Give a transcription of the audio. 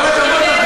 כל הכבוד לכם.